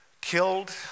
killed